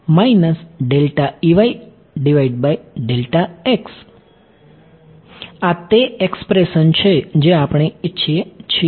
તેથી આ તે એક્સપ્રેશન છે જે આપણે ઇચ્છીએ છીએ